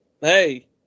Hey